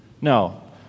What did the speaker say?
No